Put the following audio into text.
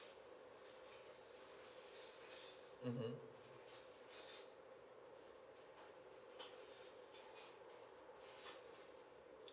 uh mm